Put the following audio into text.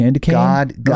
God